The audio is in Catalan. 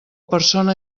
persona